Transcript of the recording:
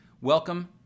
Welcome